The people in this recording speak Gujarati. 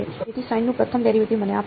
તેથી સાઈનનું પ્રથમ ડેરીવેટીવ મને આપશે